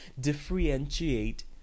differentiate